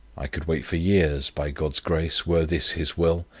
i could wait for years, by god's grace, were this his will,